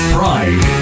Pride